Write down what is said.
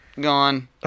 gone